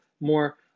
more